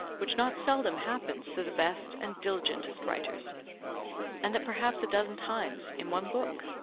which not seldom happens to the best and diligentest writers and that perhaps a dozen times in one book?